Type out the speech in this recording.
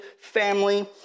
family